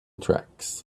tracks